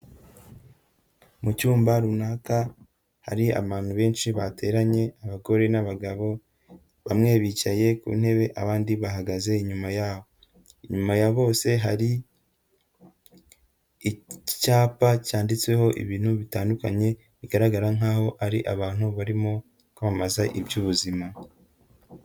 Mu cyumba runaka hari abantu benshi bateranye abagore n'abagabo, bamwe bicaye ku ntebe abandi bahagaze inyuma yabo, inyuma ya bose hari icyapa cyanditseho ibintu bitandukanye bigaragara nk'aho ari abantu barimo kwamamaza iby'ubuzima.